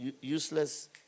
useless